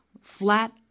flat